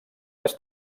més